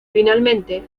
finalmente